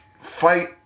fight